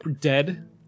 Dead